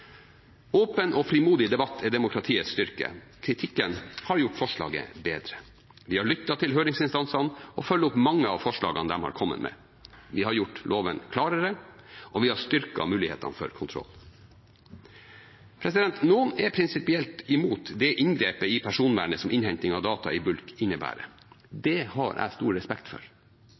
Åpen og frimodig debatt er demokratiets styrke; kritikken har gjort forslaget bedre. Vi har lyttet til høringsinstansene og følger opp mange av forslagene de har kommet med. Vi har gjort loven klarere, og vi har styrket mulighetene for kontroll. Noen er prinsipielt imot det inngrepet i personvernet som innhenting av data i bulk innebærer. Det har jeg stor respekt for,